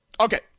Okay